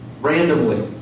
randomly